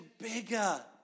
bigger